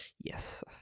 Yes